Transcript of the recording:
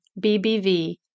BBV